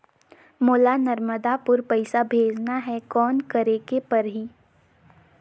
मोला नर्मदापुर पइसा भेजना हैं, कौन करेके परही?